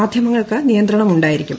മാധ്യമങ്ങൾക്ക് നിയന്ത്രണം ഉണ്ടായിരിക്കും